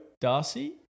Darcy